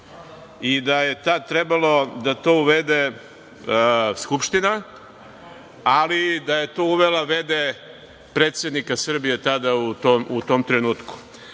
i da je tad trebalo da to uvede Skupština, ali da je to uvela v.d. predsednika Srbije tada, u tom trenutku.